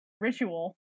ritual